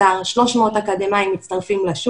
שרק ממתינים שתינתן להם